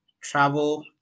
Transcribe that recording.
travel